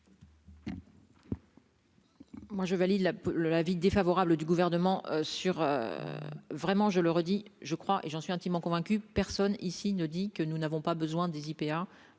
Moi, je valide la le l'avis défavorable du gouvernement sur vraiment, je le redis je crois et j'en suis intimement convaincu personne ici ne dit que nous n'avons pas besoin des IPA